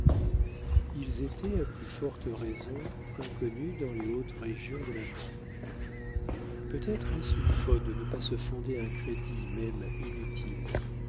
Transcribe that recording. ils étaient à plus forte raison inconnus dans les hautes régions de la banque peut-être est-ce une faute de ne pas se fonder un crédit même inutile